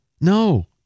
No